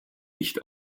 nicht